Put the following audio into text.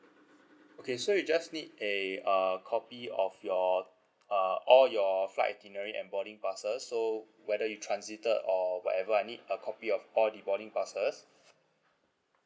okay so you just need a uh copy of your uh all your flight itinerary and boarding passes so whether you transited or whatever I need a copy of all the boarding passes